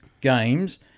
games